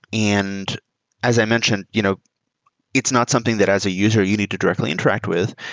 and as i mentioned, you know it's not something that as a user you need to directly interact with.